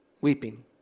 weeping